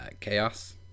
Chaos